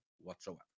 whatsoever